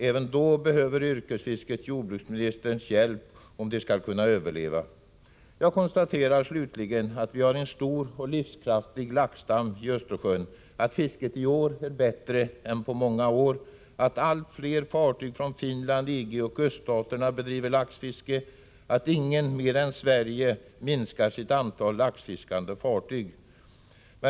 Även då behöver yrkesfisket jordbruksministerns hjälp, om det skall kunna överleva. Jag konstaterar slutligen: - Vi har en stor och livskraftig laxstam i Östersjön. —- Fisket är i år bättre än på många år. — Allt fler fartyg från Finland, EG och öststaterna bedriver laxfiske. — Inget land mer än Sverige minskar sitt antal laxfiskande fartyg.